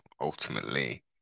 ultimately